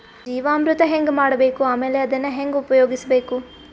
ಜೀವಾಮೃತ ಹೆಂಗ ಮಾಡಬೇಕು ಆಮೇಲೆ ಅದನ್ನ ಹೆಂಗ ಉಪಯೋಗಿಸಬೇಕು?